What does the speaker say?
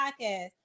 podcast